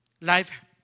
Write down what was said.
Life